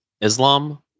Islam